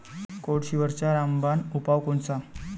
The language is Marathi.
कोळशीवरचा रामबान उपाव कोनचा?